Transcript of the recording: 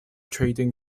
trading